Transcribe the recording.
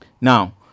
Now